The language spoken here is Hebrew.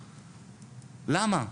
למה?